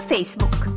Facebook